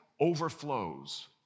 overflows